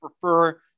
prefer